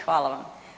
Hvala vam.